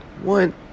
One